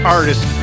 Artist